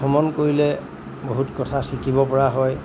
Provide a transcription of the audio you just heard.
ভ্ৰমণ কৰিলে বহুত কথা শিকিব পৰা হয়